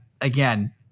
again